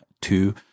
two